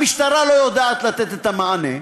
המשטרה לא יודעת לתת את המענה.